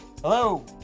hello